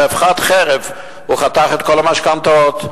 באבחת חרב הוא חתך את כל המשכנתאות.